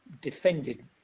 defended